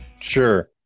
Sure